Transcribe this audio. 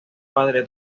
padre